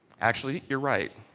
actually, you are right.